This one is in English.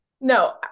No